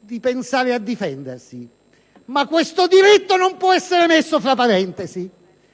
di pensare a difendersi, ma questo diritto non può essere messo fra parentesi,